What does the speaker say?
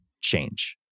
change